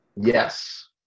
Yes